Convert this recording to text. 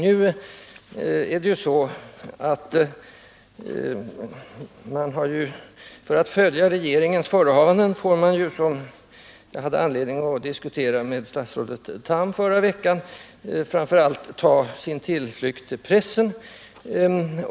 Jag hade anledning att diskutera med statsrådet Tham förra veckan om att man, när man vill veta vad folkpartiregeringen avser, mestadels får ta sin tillflykt till pressen.